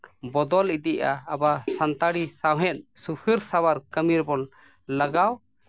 ᱵᱚᱫᱚᱞ ᱤᱫᱤᱭᱮᱫᱼᱟ ᱟᱵᱚᱣᱟᱜ ᱥᱟᱱᱛᱟᱲᱤ ᱥᱟᱶᱦᱮᱫ ᱥᱩᱥᱟᱹᱨ ᱥᱟᱶᱟᱨ ᱠᱟᱹᱢᱤ ᱨᱮᱵᱚᱱ ᱞᱟᱜᱟᱣ